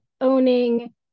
owning